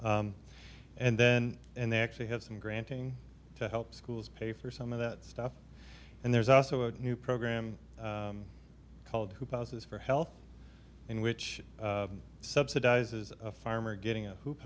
and then and they actually have some granting to help schools pay for some of that stuff and there's also a new program called who passes for health in which subsidizes a farmer getting